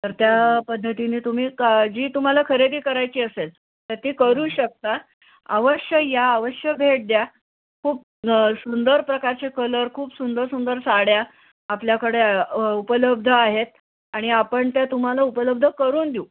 तर त्या पद्धतीने तुम्ही का जी तुम्हाला खरेदी करायची असेल तर ती करू शकता अवश्य या अवश्य भेट द्या खूप सुंदर प्रकारचे कलर खूप सुंदर सुंदर साड्या आपल्याकडे उपलब्ध आहेत आणि आपण त्या तुम्हाला उपलब्ध करून देऊ